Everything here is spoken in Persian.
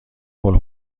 هول